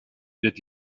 wird